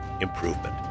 improvement